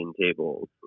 tables